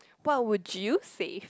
what would you save